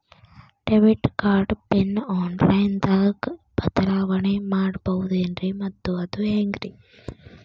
Debit card pin online ದಾಗ ಬದಲಾವಣೆ ಮಾಡಬಹುದೇನ್ರಿ ಮತ್ತು ಅದು ಹೆಂಗ್ರಿ?